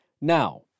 Now